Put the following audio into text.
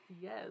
yes